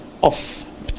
off